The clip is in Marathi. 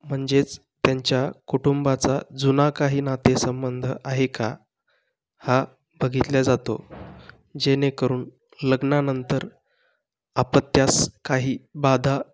म्हणजेच त्यांच्या कुटुंबाचा जुना काही नाते संबंध आहे का हा बघितला जातो जेणेकरून लग्नानंतर अपत्यास काही बाधा